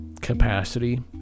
capacity